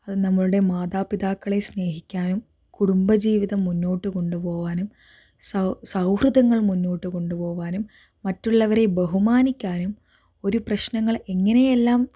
അത് നമ്മളുടെ മാതാപിതാക്കളെ സ്നേഹിക്കാനും കുടുംബ ജീവിതം മുന്നോട്ടു കൊണ്ടുപോകാനും സൗഹൃദങ്ങൾ മുന്നോട്ടു കൊണ്ടുപോകാനും മറ്റുള്ളവരെ ബഹുമാനിക്കാനും ഒരു പ്രശ്നങ്ങൾ എങ്ങനെയെല്ലാം